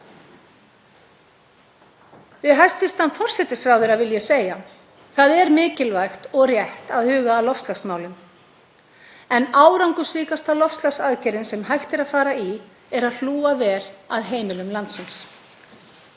Við hæstv. forsætisráðherra vil ég segja: Það er mikilvægt og rétt að huga að loftslagsmálum en árangursríkasta loftslagsaðgerðin sem hægt er að fara í er að hlúa vel að heimilum landsins.